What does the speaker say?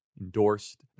endorsed